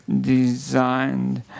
designed